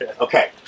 Okay